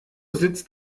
sitzt